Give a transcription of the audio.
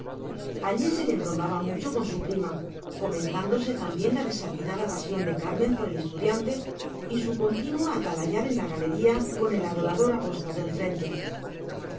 allí se le embromaba mucho con su prima comentándose también la desatinada pasión de carmen por el estudiante y su continuo atalayar en la galería con el adorador apostado enfrente